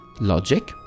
logic